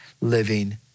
living